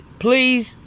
please